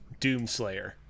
Doomslayer